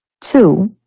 two